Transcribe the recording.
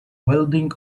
welding